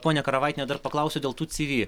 ponia karavaitiene dar paklausiu dėl tų cv